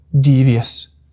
devious